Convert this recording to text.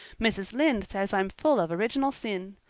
mrs. lynde says i'm full of original sin.